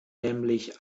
nämlich